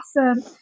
awesome